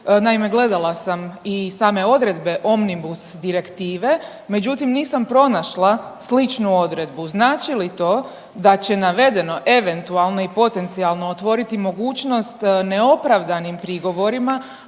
Naime, gledala sam i same odredbe Omnibus direktive, međutim nisam pronašla sličnu odredbu. Znači li to da će navedeno eventualno i potencijalno otvoriti mogućnost neopravdanim prigovorima